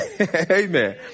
Amen